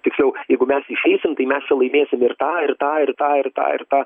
tiksliau jeigu mes išeisim tai mes čia laimėsim ir tą ir tą ir tą ir tą ir tą